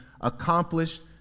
accomplished